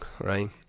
right